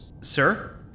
sir